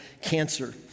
cancer